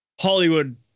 Hollywood